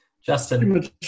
Justin